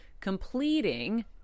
completing